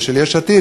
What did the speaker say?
ושל יש עתיד,